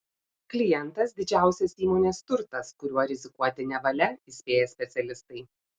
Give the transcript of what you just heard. klientas didžiausias įmonės turtas kuriuo rizikuoti nevalia įspėja specialistai